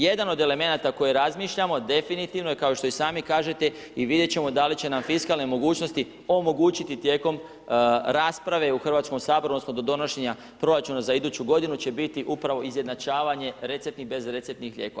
Jedan od elemenata koje razmišljamo definitivno je, kao što i sami kažete i vidjet ćemo da li će nam fiskalne mogućnosti omogućiti tijekom rasprave u Hrvatskom saboru, odnosno do donošenja proračuna za iduću godinu će biti upravo izjednačavanje receptnih i bez receptnih lijekova.